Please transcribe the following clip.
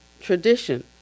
tradition